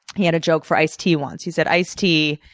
he had a joke for ice t once. he said, ice t,